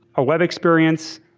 a web experience,